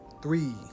Three